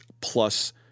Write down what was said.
plus